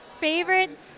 favorite